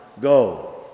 Go